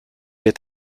est